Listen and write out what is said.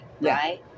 right